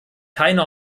keine